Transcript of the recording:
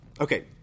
Okay